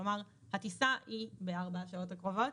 כלומר הטיסה היא בארבע השעות הקרובות.